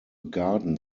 garden